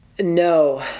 No